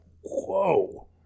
Whoa